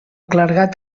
clergat